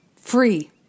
free